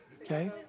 okay